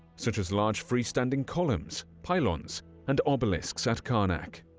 such as large freestanding columns, pylons and obelisks at karnak.